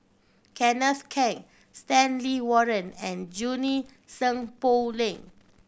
Kenneth Keng Stanley Warren and Junie Sng Poh Leng